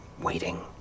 waiting